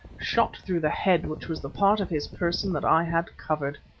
shot through the head which was the part of his person that i had covered.